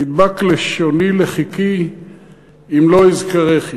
תדבק לשוני לחכי אם לא אזכרכי".